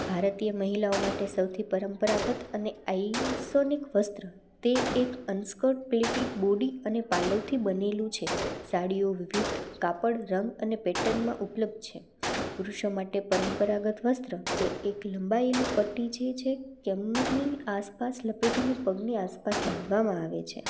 ભારતીય મહિલાઓ માટે સૌથી પરંપરાગત અને વસ્ત્ર તે એક અંસકોલડ પ્લીટે બોડી અને પાલવથી બનેલું છે સાડીઓ વિવિધ કાપડ રંગ અને પેટર્નમાં ઉપલબ્ધ છે પુરુષો માટે પરંપરાગત વસ્ત્ર તે એક તે એક લંબાએલી પટ્ટી છે જે કમ્મરની આસપાસ લપેટીને પગની આસપાસ બાંધવામાં આવે છે